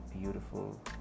beautiful